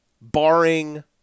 barring